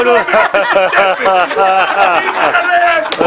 אני מרצ,